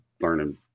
learning